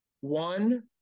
one